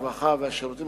הרווחה והשירותים